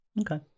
Okay